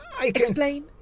Explain